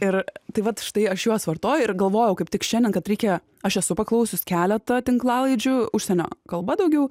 ir tai vat štai aš juos vartoju ir galvojau kaip tik šiandien kad reikia aš esu paklausius keletą tinklalaidžių užsienio kalba daugiau